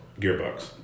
Gearbox